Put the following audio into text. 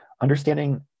understanding